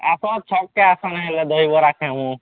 ଆସ ଛଙ୍କା ଦହିବରା ଖାଇବୁଁ